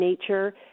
nature